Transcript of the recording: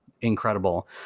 incredible